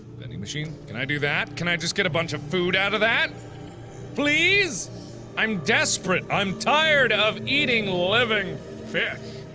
vending machine can i do that can i just get a bunch of food out of that please i'm desperate i'm tired of eating living fish